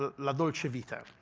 ah la dolce vita.